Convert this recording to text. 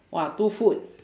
!wah! two food